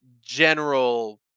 general